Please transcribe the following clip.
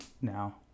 now